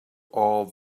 all